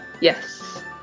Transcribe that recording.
Yes